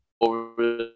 over